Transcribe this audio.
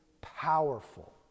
powerful